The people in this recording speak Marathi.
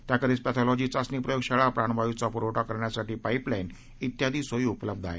त्याखेरीज पध्धीलॉजी चाचणी प्रयोगशाळा प्राणवायूचा पुरवठा करण्यासाठी पाईप लाईन इत्यादी सोयी उपलब्ध आहेत